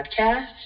podcast